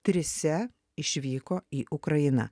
trise išvyko į ukrainą